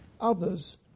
others